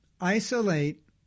isolate